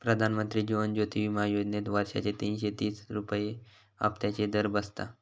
प्रधानमंत्री जीवन ज्योति विमा योजनेत वर्षाचे तीनशे तीस रुपये हफ्त्याचो दर बसता